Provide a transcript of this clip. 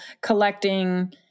collecting